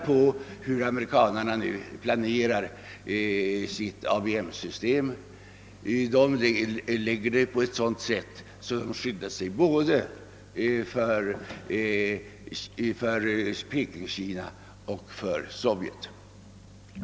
Se hur amerikanarna nu planerar sitt ABM system! De uppför det så, att de skyddar sig mot både Pekingkina och Sovjet.